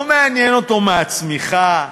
לא מעניינת אותו הצמיחה,